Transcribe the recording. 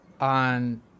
on